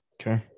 Okay